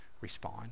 respond